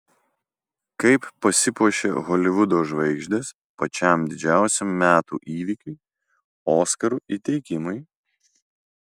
kaip pasipuošia holivudo žvaigždės pačiam didžiausiam metų įvykiui oskarų įteikimui